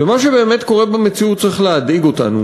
ומה שבאמת קורה במציאות צריך להדאיג אותנו,